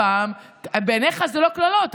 בעיניך זה לא קללות.